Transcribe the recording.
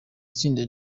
tsinda